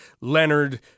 Leonard